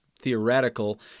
Theoretical